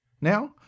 now